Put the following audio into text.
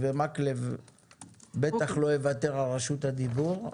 מקלב בטח לא יוותר על רשות הדיבור,